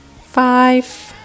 Five